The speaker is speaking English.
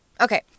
Okay